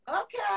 okay